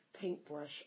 paintbrush